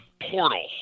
portal